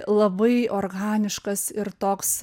labai organiškas ir toks